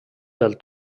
del